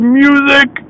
music